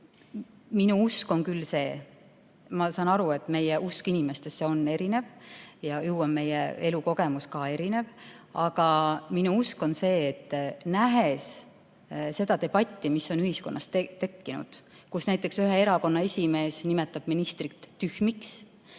minu usk on küll see ... Ma saan aru, et meie usk inimestesse on erinev ja ju on meie elukogemus ka erinev, aga nähes seda debatti, mis on ühiskonnas tekkinud ja mille käigus ühe erakonna esimees nimetab ministrit tühmiks,